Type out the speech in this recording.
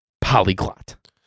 polyglot